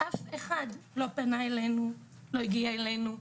אף אחד לא פנה אלינו, לא הגיע אלינו.